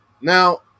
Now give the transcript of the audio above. Now